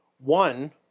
One